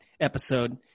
episode